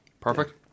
Perfect